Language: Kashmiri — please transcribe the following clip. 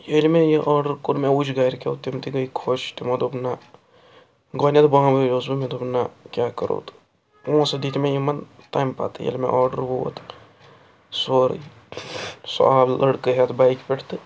ییٚلہِ مےٚ یہِ آرڈر کوٚر مےٚ وُچھ گرِکیو تِم تہِ گٔے خۄش تِمو دوٚپ نَہ گۄڈنٮ۪تھ بامبریوس بہٕ مےٚ دوٚپ نَہ کیٛاہ کَروتہٕ پونٛسہٕ دِتۍ مےٚ یِمن تَمہِ پتہٕ ییٚلہِ مےٚ آرڈر ووت سورٕے سُہ آو لڑکہٕ ہٮ۪تھ بیکہِ پٮ۪ٹھ تہٕ